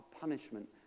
punishment